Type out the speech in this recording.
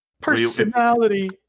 personality